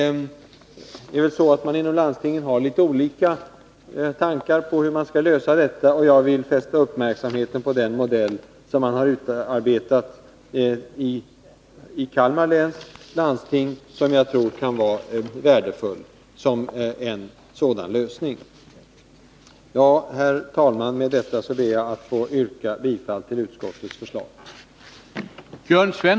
Man har inom landstingen litet olika tankegångar om hur man skall lösa detta problem, och jag vill fästa uppmärksamheten på den modell som har utarbetats inom Kalmar läns landsting. Jag tror att den modellen till lösning kan vara värdefull. Herr talman! Med detta ber jag att få yrka bifall till utskottets hemställan.